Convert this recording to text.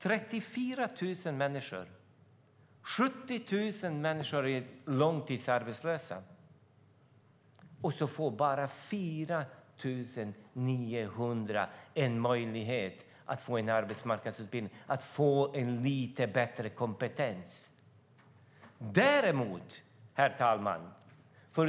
70 000 människor är långtidsarbetslösa men bara 4 900 får möjlighet till arbetsmarknadsutbildning och bättre kompetens. Herr talman!